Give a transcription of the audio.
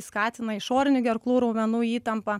skatina išorinių gerklų raumenų įtampą